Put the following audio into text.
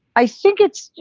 i think it's,